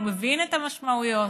הוא מבין את המשמעויות.